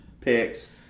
picks